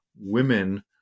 women